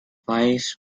vice